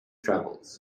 travels